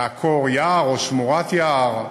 לעקור יער או שמורת יער,